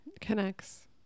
connects